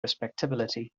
respectability